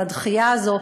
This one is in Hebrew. והדחייה הזאת,